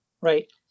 right